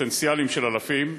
פוטנציאלים של אלפים,